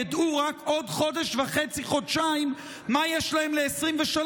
ידעו רק בעוד חודש וחצי-חודשיים מה יש להם ל-2023.